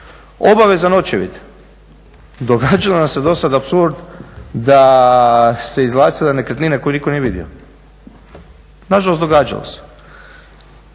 Obavezan očevid. Događao nam se do sada apsurd da su se izvlastile nekretnine koje nitko nije vidio. Nažalost događalo se.